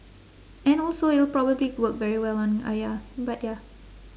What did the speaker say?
and also it will probably work very well on ayah but ya